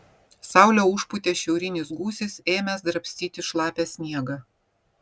saulę užpūtė šiaurinis gūsis ėmęs drabstyti šlapią sniegą